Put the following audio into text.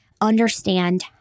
understand